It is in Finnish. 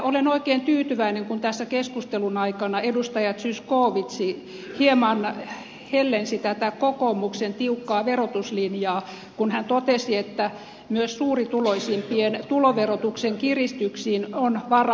olen oikein tyytyväinen kun tässä keskustelun aikana edustaja zyskowicz hieman hellensi kokoomuksen tiukkaa verotuslinjaa kun hän totesi että myös suurituloisimpien tuloverotuksen kiristyksiin on varauduttava